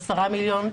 10 מיליון,